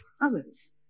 others